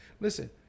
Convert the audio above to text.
Listen